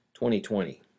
2020